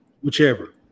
whichever